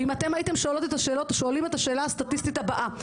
ואם אתן הייתן שואלות את השאלה הסטטיסטית הבאה,